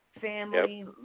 family